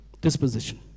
Disposition